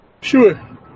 Sure